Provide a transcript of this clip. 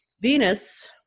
venus